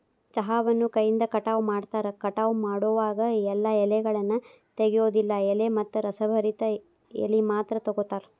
ಚಹಾವನ್ನು ಕೈಯಿಂದ ಕಟಾವ ಮಾಡ್ತಾರ, ಕಟಾವ ಮಾಡೋವಾಗ ಎಲ್ಲಾ ಎಲೆಗಳನ್ನ ತೆಗಿಯೋದಿಲ್ಲ ಎಳೆ ಮತ್ತ ರಸಭರಿತ ಎಲಿ ಮಾತ್ರ ತಗೋತಾರ